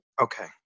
Okay